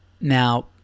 Now